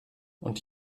und